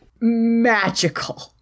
Magical